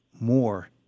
more